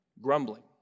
grumbling